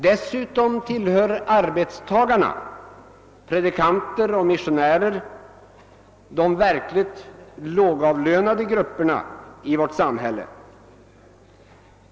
Dessutom tillhör arbetstagarna — predikanter och missionärer — de verkligt lågavlönade grupperna i vårt samhälle.